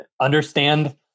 understand